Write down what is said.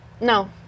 No